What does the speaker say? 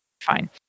fine